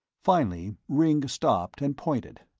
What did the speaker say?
finally ringg stopped and pointed.